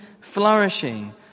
flourishing